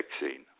vaccine